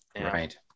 Right